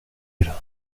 elle